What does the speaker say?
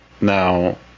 Now